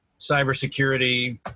cybersecurity